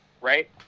right